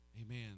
Amen